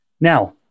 Now